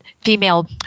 female